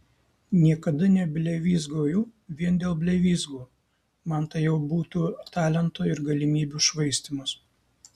niekada neblevyzgoju vien dėl blevyzgų man tai jau būtų talento ir galimybių švaistymas